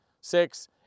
six